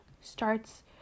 starts